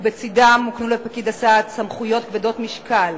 ובצדם הוקנו לפקיד הסעד סמכויות כבדות משקל,